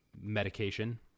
medication